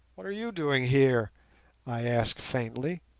what are you doing here i asked faintly.